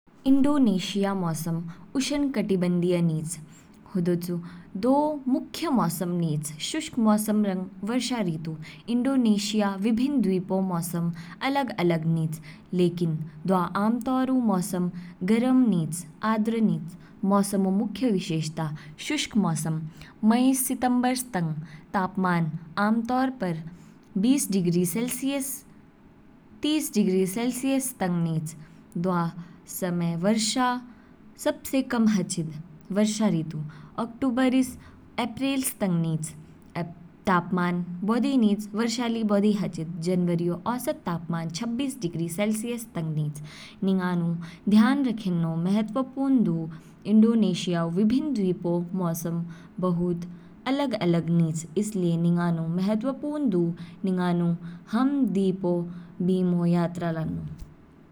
इंडोनेशिया मौसम उष्णकटिबंधीय निच, हुदौचु दो मुख्य मौसम निच, शुष्क मौसम रंग वर्षा ऋतु। इंडोनेशिया विभिन्न द्वीपों मौसम अलग-अलग निच, लेकिन दवा आम तौर ऊ मौसम गर्म निच आर्द्र निच। मौसम ऊ मुख्य विशेषता, शुष्क मौसम, मई स सितंबर, तापमान आमतौर पर बीस डिग्री सेलसियस तीस डिग्री सेलसियस तंग निच, दवा समय वर्षा सबसे कम हाचिद। वर्षा ऋतु, अक्टूबर ईस अप्रैलस तंग निच, तापमान बौधि निच वर्षा ली बौधि हाचेद, जनवरीऔ औसत तापमान छब्बीस डिग्री सेलसियस तंग निच। निंगानु ध्यान रखेन्नौ महत्वपूर्ण दु इंडोनेशिया ऊ विभिन्न द्वीपों मौसम बहुत अलग-अलग निच। इसलिए निंगानु महत्वपूर्ण दु निंगानु हाम द्वीप ओ बीमो यात्रा लान्नौ।